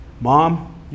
mom